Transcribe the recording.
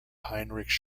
heinrich